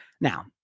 Now